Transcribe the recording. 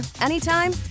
anytime